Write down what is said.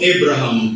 Abraham